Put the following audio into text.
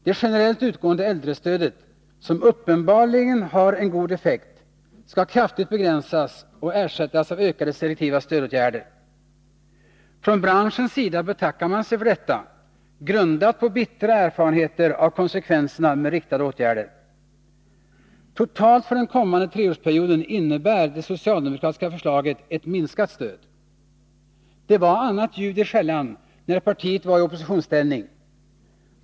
Det generellt utgående äldrestödet, som uppenbarligen har en god effekt, skall kraftigt begränsas och ersättas av ökade selektiva stödåtgärder. Från branschens sida betackar man sig för detta, grundat på bittra erfarenheter av konsekvenserna med riktade åtgärder. Totalt för den kommande treårsperioden innebär det socialdemokratiska förslaget ett minskat stöd. Det var annat ljud i skällan när partiet var i oppositionsställning.